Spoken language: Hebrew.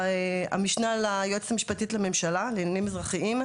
המשנה ליועמ"ש לממשלה לעניינים אזרחיים,